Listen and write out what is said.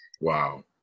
Wow